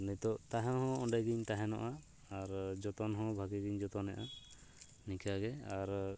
ᱱᱤᱛᱚᱜ ᱛᱟᱦᱮ ᱦᱚᱸ ᱚᱸᱰᱮᱜᱤᱧ ᱛᱟᱦᱮᱱᱚᱜᱼᱟ ᱟᱨ ᱡᱚᱛᱚᱱ ᱦᱚᱸ ᱵᱷᱟᱹᱜᱤ ᱜᱤᱧ ᱡᱚᱛᱚᱱᱮᱫᱼᱟ ᱱᱤᱝᱠᱟᱜᱮ ᱟᱨ